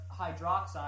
hydroxide